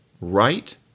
right